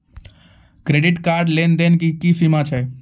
Credit card के लेन देन के की सीमा छै?